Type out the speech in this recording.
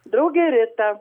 draugė rita